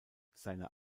seine